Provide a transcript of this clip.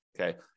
Okay